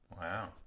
wow